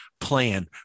plan